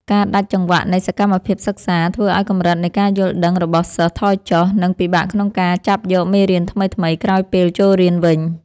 ការដាច់ចង្វាក់នៃសកម្មភាពសិក្សា ធ្វើឱ្យកម្រិតនៃការយល់ដឹងរបស់សិស្សថយចុះ និង ពិបាកក្នុងការចាប់យកមេរៀនថ្មីៗក្រោយពេលចូលរៀនវិញ។